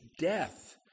death